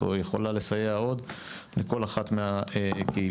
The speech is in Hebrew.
או יכולה לסייע עוד לכל אחת מהקהילות.